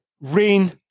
Rain